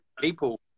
people